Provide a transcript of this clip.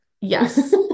Yes